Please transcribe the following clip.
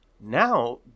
Now